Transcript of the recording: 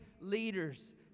leaders